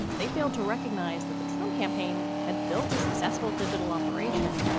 they failed to recognize that the trump campaign had built a successful digital operation,